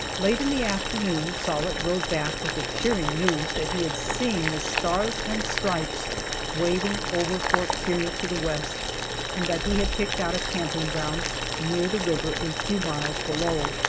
late in the afternoon sollitt rode back with the cheering news that he had seen the stars and stripes waving over fort kearney to the west and that he had picked out a camping ground near the river a few miles below.